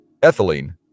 ethylene